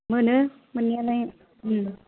मोनो मोननायालाय